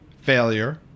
failure